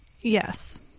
Yes